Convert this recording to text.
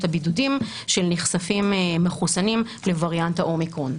הבידודים של נחשפים מחוסנים לווריאנט האומיקרון.